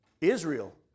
Israel